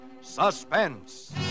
Suspense